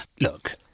Look